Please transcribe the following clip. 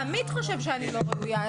שהעיר צריכה אנשים עמית חושב שאני לא ראויה.